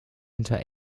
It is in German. hinter